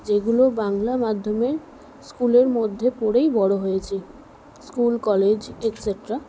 যেগুলো বাংলা মাধ্যমে স্কুলের মধ্যে পড়েই বড়ো হয়েছি স্কুল কলেজ এটসেটরা